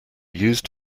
used